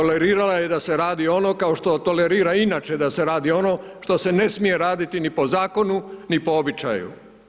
Tolerirala je da se radi ono kao što tolerira inače da se radi ono što se ne smije raditi ni po zakonu, ni po običaju.